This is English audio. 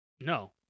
no